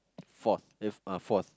fourth eh uh fourth